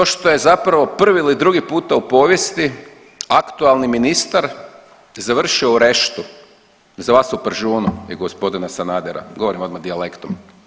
To što je zapravo prvi ili drugi puta u povijesti aktualni ministar završio u reštu, za vas u pržunu i gospodina Sanadera govorim odmah dijalektom.